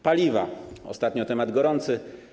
Paliwa, ostatnio temat gorący.